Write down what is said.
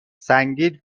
سنگین